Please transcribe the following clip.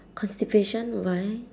constipation why